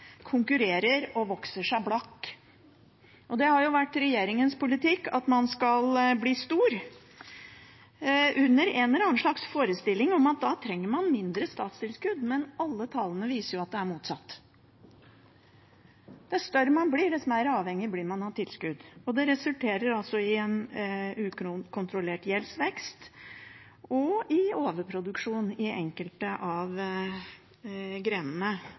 konkurrerer og vokser seg blakk. Og det har jo vært regjeringens politikk, at man skal bli stor, under en eller annen slags forestilling om at da trenger man mindre statstilskudd. Men alle tall viser at det er motsatt. Dess større man blir, dess mer avhengig blir man av tilskudd, og det resulterer i en ukontrollert gjeldsvekst og i overproduksjon i enkelte av grenene.